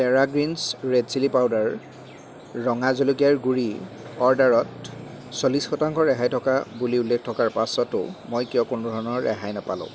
Terra Greens red chilli powder ৰঙা জলকীয়াৰ গুড়িৰ অৰ্ডাৰত চল্লিছ শতাংশ ৰেহাই থকা বুলি উল্লেখ থকাৰ পাছতো মই কিয় কোনো ধৰণৰ ৰেহাই নাপালো